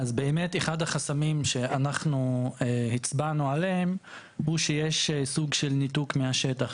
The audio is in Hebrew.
אז באמת אחד החסמים שאנחנו הצבענו עליהם הוא שיש סוג של ניתוק מהשטח.